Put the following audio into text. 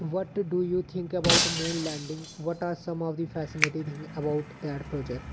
what you think about moon landing what are the some facility in about that project